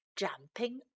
jumping